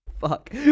Fuck